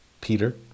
Peter